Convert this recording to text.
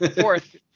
Fourth